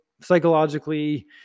psychologically